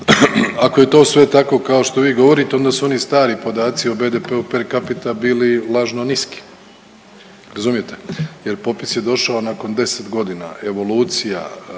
Ako je to sve tako kao što vi govorite onda su oni stari podaci o BDP-u per capita bili lažno niski. Razumijete? Jer popis je došao nakon 10 godina evolucija